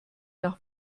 nach